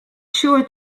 sure